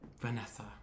Vanessa